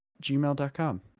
gmail.com